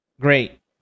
great